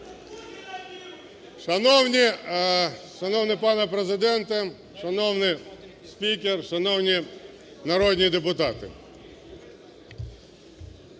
Шановний пане Президенте! Шановний спікер! Шановні народні депутати!